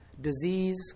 disease